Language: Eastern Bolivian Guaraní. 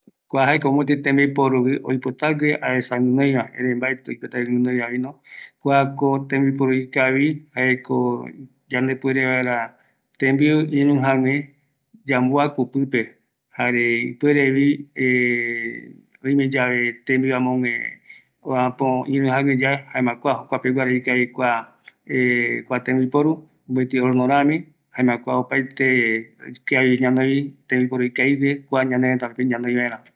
Kua microonda, jaeko tembiporu, yamboaku vaera tembiu, jare yamboyɨ tembiu, kua jaeko oyeporu tembiu omboaku vaera, oime yave ïröïja tambiu